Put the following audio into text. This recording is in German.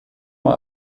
mal